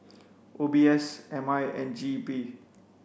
O B S M I and G E P